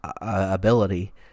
ability